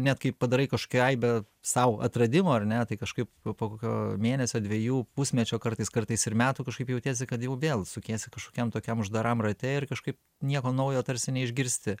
net kai padarai kažkokią aibę sau atradimų ar ne tai kažkaip o po kokio mėnesio dviejų pusmečio kartais kartais ir metų kažkaip jautiesi kad jau vėl sukiesi kažkokiam tokiam uždaram rate ir kažkaip nieko naujo tarsi neišgirsti